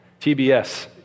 TBS